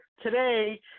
today